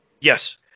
Yes